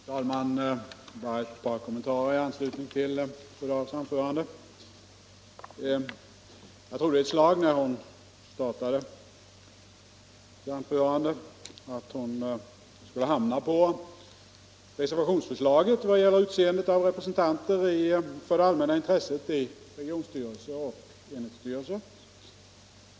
Fru talman! Bara ett par kommentarer i anslutning till fru Dahls anförande. Jag trodde ett slag under hennes anförande att hon skulle hamna på reservationsförslaget vad gäller utseendet av representanter för det allmänna intresset i regionstyrelse och enhetsstyrelse.